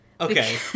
Okay